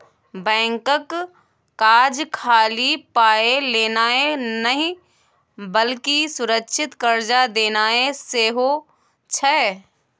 बैंकक काज खाली पाय लेनाय नहि बल्कि सुरक्षित कर्जा देनाय सेहो छै